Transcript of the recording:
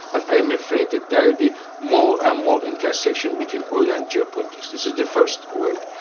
but i am afraid that there will be more and more intersection between oil and geopolitics. this is the first worry.